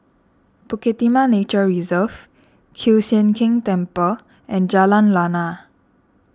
Bukit Timah Nature Reserve Kiew Sian King Temple and Jalan Lana